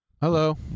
hello